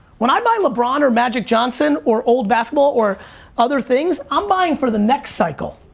when i buy lebron or magic johnson or old basketball or other things, i'm buying for the next cycle.